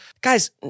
guys